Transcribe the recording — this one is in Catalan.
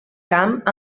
camp